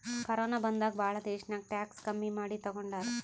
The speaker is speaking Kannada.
ಕೊರೋನ ಬಂದಾಗ್ ಭಾಳ ದೇಶ್ನಾಗ್ ಟ್ಯಾಕ್ಸ್ ಕಮ್ಮಿ ಮಾಡಿ ತಗೊಂಡಾರ್